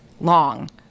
long